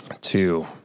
Two